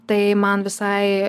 tai man visai